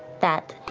that,